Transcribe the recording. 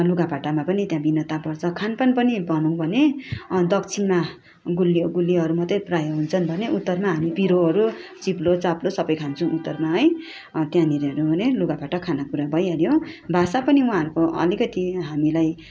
लुगा फाटामा पनि त्यहाँ भिन्नता पर्छ खान पान पनि भनौँ भने दक्षिणमा गुलियो गुलियोहरू मात्रै प्रायः हुन्छन् भने उत्तरमा हामी पिरोहरू चिप्लो चाप्लो सबै खान्छौँ उत्तरमा है त्यहाँनिर लुगा फाटा खाने कुरा भइहाल्यो भाषा पनि उहाँहरूको अलिकति हामीलाई